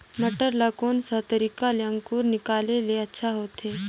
मटर ला कोन सा तरीका ले अंकुर निकाले ले अच्छा होथे?